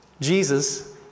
Jesus